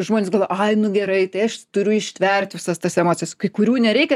žmonės galvoja aha gerai tai aš turiu ištvert tas visas tas emocijas kai kurių nereikia